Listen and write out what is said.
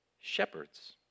shepherds